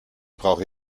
brauche